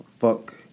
fuck